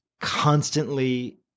constantly